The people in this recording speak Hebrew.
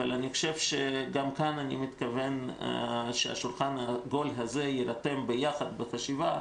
אבל גם כאן אני מתכוון שהשולחן העגול הזה יירתם לחשיבה